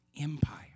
Empire